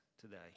today